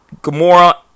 Gamora